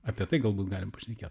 apie tai galbūt galim pašnekėt